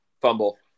Fumble